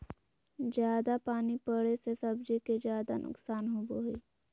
जयादा पानी पड़े से सब्जी के ज्यादा नुकसान होबो हइ